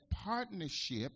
partnership